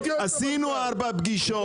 עשינו ארבע פגישות.